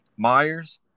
Myers